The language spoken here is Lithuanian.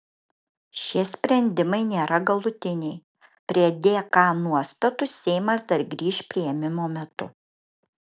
šie sprendimai nėra galutiniai prie dk nuostatų seimas dar grįš priėmimo metu